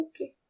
okay